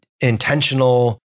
intentional